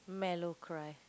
mellow cry